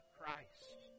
Christ